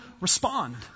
respond